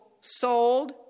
sold